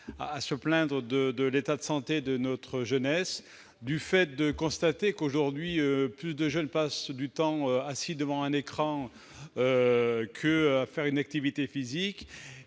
à se plaindre de l'état de santé de notre jeunesse, constater qu'aujourd'hui les jeunes passent plus de temps assis devant un écran qu'à faire une activité physique,